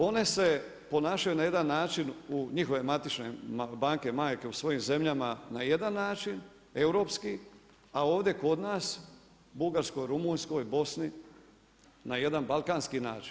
One se ponašaju na jedan način, njihove matične banke majke u svojim zemljama na jedan način europski, a ovdje kod nas Bugarskoj, Rumunjskoj, Bosni na jedan balkanski način.